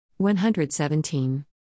117